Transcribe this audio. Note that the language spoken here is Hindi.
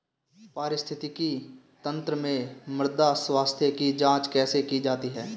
पारिस्थितिकी तंत्र में मृदा स्वास्थ्य की जांच कैसे की जाती है?